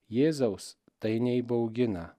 jėzaus tai neįbaugina